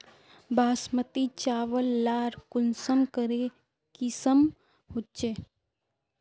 बासमती चावल लार कुंसम करे किसम होचए?